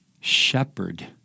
shepherd